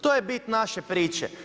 To je bit naše priče.